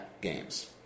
games